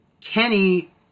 Kenny